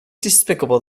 despicable